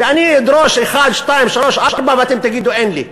ואני אדרוש 1, 2, 3 ו-4 ואתם תגידו: אין לי.